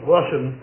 Russian